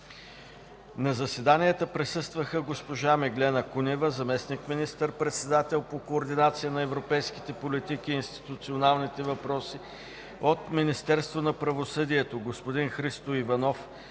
На заседанията присъстваха: госпожа Меглена Кунева –заместник министър-председател по координация на европейските политики и институционалните въпроси; от Министерство на правосъдието: господин Христо Иванов